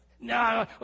No